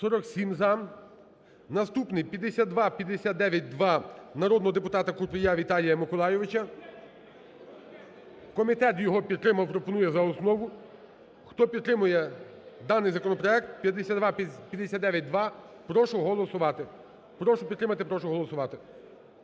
За-47 Наступний 5259-2 – народного депутата Купрія Віталія Миколайовича. Комітет його підтримав, пропонує за основу. Хто підтримує даний законопроект 5259-2, прошу голосувати. Прошу підтримати, прошу голосувати.